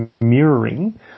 mirroring